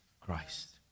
Christ